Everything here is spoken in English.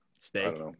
steak